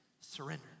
surrender